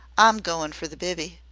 i'm goin' for the biby.